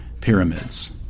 pyramids